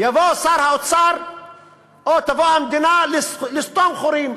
יבוא שר האוצר או תבוא המדינה לסתום חורים,